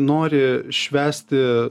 nori švęsti